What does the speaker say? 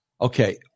Okay